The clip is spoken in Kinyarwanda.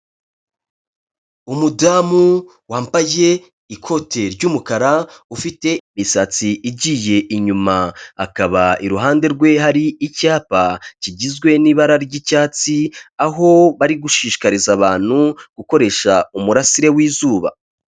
Umudamu wambaye ikote ry'umukara, ufite imisatsi igiye inyuma, akaba iruhande rwe hari icyapa kigizwe n'ibara ry'icyatsi, aho bari gushishikariza abantu gukoresha umurasire w'izuba.